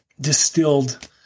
distilled